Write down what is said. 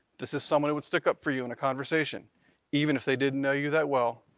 this is someone who would stick up for you in a conversation even if they didn't know you that well,